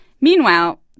Meanwhile